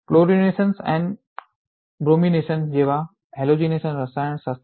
chlorination અને bromination જેવા halogenation રસાયણશાસ્ત્ર